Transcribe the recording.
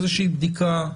איזושהי בדיקה,